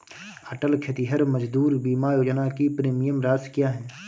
अटल खेतिहर मजदूर बीमा योजना की प्रीमियम राशि क्या है?